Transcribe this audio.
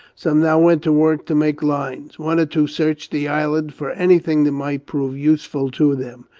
some now went to work to make lines one or two searched the island for any thing that might prove useful to them,